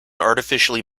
artificially